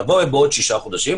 תבוא אליי בעוד שישה חודשים,